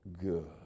good